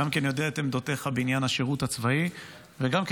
גם כי אני יודע את עמדותיך בעניין השירות הצבאי וגם כי